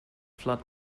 flood